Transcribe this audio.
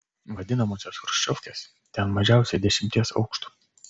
vadinamosios chruščiovkes ten mažiausiai dešimties aukštų